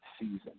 season